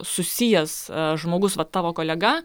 susijęs žmogus vat tavo kolega